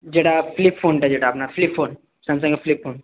যেটা ফ্লিপ ফোনটা যেটা আপনার ফ্লিপ ফোন স্যামসাংয়ের ফ্লিপ ফোন